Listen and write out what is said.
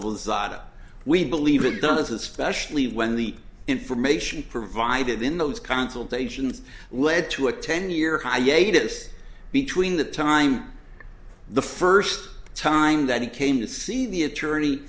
sata we believe it does especially when the information provided in those consultations led to a ten year hiatus between the time the first time that he came to see the attorney